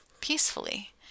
peacefully